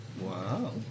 Wow